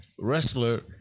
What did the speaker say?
wrestler